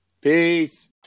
Peace